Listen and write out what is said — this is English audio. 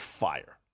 fire